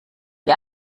die